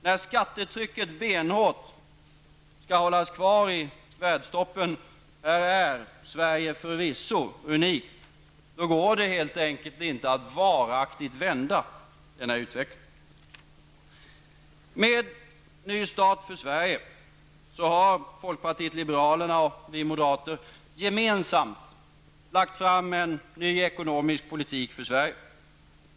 När skattetrycket benhårt skall hållas kvar i världstoppen -- här är Sverige förvisso unikt -- går det helt enkelt inte att varaktigt vända denna utveckling. Med Ny start för Sverige har folkpartiet liberalerna och vi moderater gemensamt lagt fram förslag om en ny ekonomisk politik för Sverige.